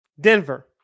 Denver